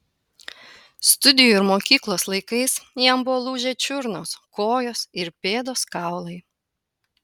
studijų ir mokyklos laikais jam buvo lūžę čiurnos kojos ir pėdos kaulai